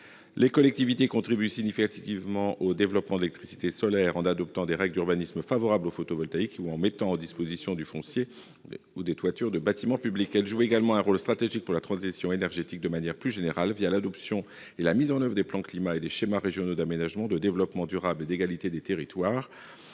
les collectivités contribuent significativement au développement de l'électricité solaire, en adoptant des règles d'urbanisme favorables au photovoltaïque ou en mettant à disposition du foncier ou des toitures de bâtiments publics. De manière plus générale, elles jouent également un rôle stratégique pour la transition énergétique au travers del'adoption et de la mise en oeuvre des plans Climat et des schémas régionaux d'aménagement, de développement durable et d'égalité des territoires.